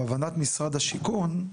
להבנת משרד השיכון,